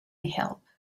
help